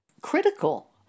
critical